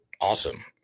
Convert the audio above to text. awesome